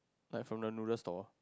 like from the noodle store